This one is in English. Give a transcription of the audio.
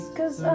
Cause